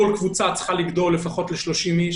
כל קבוצה צריכה לגדול לפחות ל-30 איש,